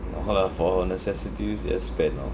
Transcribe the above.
(uh huh) for our necessities just spend lor